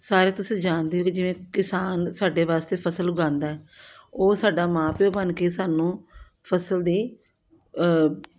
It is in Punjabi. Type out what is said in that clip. ਸਾਰੇ ਤੁਸੀਂ ਜਾਣਦੇ ਹੋ ਕਿ ਜਿਵੇਂ ਕਿਸਾਨ ਸਾਡੇ ਵਾਸਤੇ ਫਸਲ ਉਗਾਉਂਦਾ ਹੈ ਉਹ ਸਾਡਾ ਮਾਂ ਪਿਓ ਬਣ ਕੇ ਸਾਨੂੰ ਫਸਲ ਦੀ